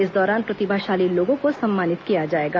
इस दौरान प्रतिभाशाली लोगों को सम्मानित किया जाएगा